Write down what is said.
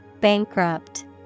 Bankrupt